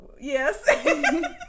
yes